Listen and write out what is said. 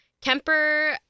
Kemper